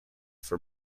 for